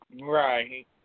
Right